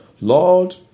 Lord